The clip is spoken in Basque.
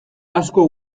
asko